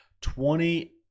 twenty